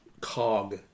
cog